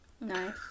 Nice